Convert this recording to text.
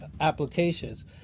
applications